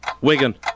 Wigan